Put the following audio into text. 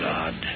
God